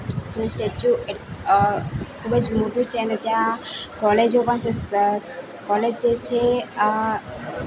અને સ્ટેચ્યૂ એ ખૂબ જ મોટું છે અને ત્યાં કોલેજો પણ છે કોલેજ જે છે એ અ